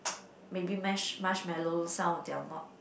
maybe mash~ marshmellow some of their more